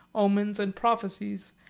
omens, and prophecies,